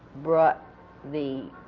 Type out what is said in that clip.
brought the